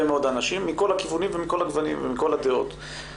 מאוד אנשים מכל הכיוונים ומכל הגוונים ומכל הדעות,